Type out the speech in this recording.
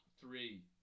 Three